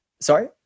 Sorry